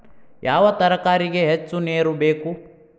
ಯಾವ ತರಕಾರಿಗೆ ಹೆಚ್ಚು ನೇರು ಬೇಕು?